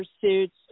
pursuits